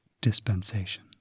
dispensation